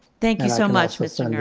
thank you so much mr. and yeah